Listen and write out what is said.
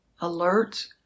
alert